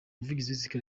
umuvugizi